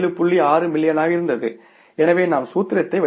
6 மில்லியனாக இருந்தது எனவே நாம் சூத்திரத்தை வைத்திருக்கிறோம்